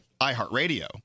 iHeartRadio